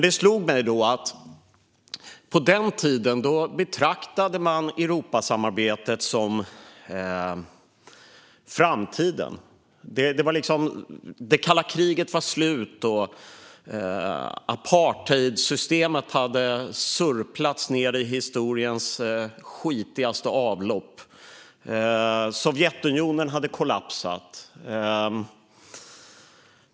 Det slog mig att man på den tiden betraktade Europasamarbetet som framtiden. Det kalla kriget var slut. Apartheidsystemet hade runnit ned i historiens skitigaste avlopp. Sovjetunionen hade kollapsat.